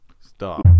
Stop